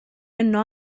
yno